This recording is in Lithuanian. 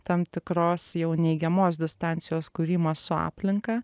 tam tikros jau neigiamos distancijos kūrimas su aplinka